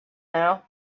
now